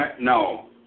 No